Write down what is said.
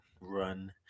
run